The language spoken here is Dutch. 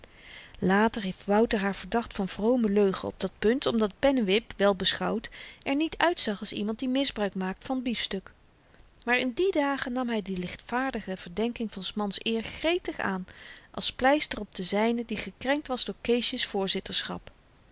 later heeft wouter haar verdacht van vrome leugen op dat punt omdat pennewip wel beschouwd er niet uitzag als iemand die misbruik maakt van biefstuk maar in die dagen nam hy de ligtvaardige verdenking van s mans eer gretig aan als pleister op de zyne die gekrenkt was door